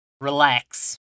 relax